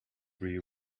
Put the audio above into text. tree